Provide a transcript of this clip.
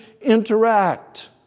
interact